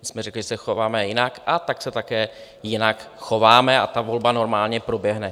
My jsme řekli, že se chováme jinak, a tak se také jinak chováme, a ta volba normálně proběhne.